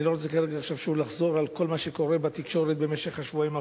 אני לא רוצה לחזור על כל מה שקורה בתקשורת במשך השבועיים האחרונים,